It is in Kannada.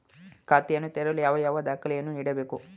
ಖಾತೆಯನ್ನು ತೆರೆಯಲು ಯಾವ ಯಾವ ದಾಖಲೆಗಳನ್ನು ನೀಡಬೇಕು?